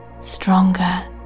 stronger